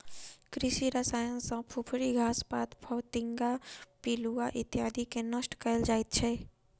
कृषि रसायन सॅ फुफरी, घास पात, फतिंगा, पिलुआ इत्यादिके नष्ट कयल जाइत छै